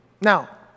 Now